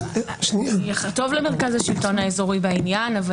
מרכז השלטון האזורי בעניין.